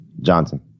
Johnson